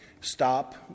stop